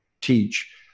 teach